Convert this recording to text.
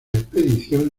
expedición